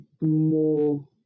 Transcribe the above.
more